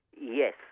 yes